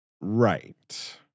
Right